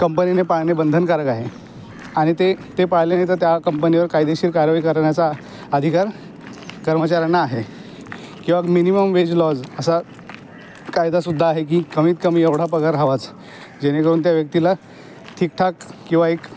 कंपनीने पाळणे बंधनकारक आहे आणि ते ते पाळले नाही तर त्या कंपनीवर कायदेशीर कारवाई करण्याचा अधिकार कर्मचाऱ्यांना आहे किंवा मिनीमम वेज लॉज असा कायदासुद्धा आहे की कमीत कमी एवढा पगार हवाच जेणेकरून त्या व्यक्तीला ठीकठाक किंवा एक